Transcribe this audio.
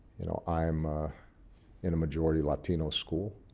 you know i'm in a majority latino school,